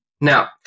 Now